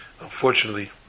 unfortunately